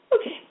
Okay